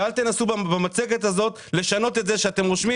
ואל תנסו במצגת הזאת לשנות את זה בכך שאתם רושמים